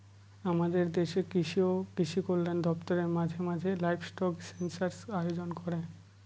আমাদের দেশের কৃষি ও কৃষি কল্যাণ দপ্তর মাঝে মাঝে লাইভস্টক সেনসাস আয়োজন করে